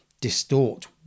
distort